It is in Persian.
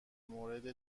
مورد